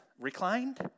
reclined